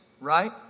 right